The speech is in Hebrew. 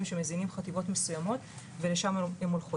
שמזינים חטיבות מסוימות ולשם הם הולכות.